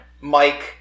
Mike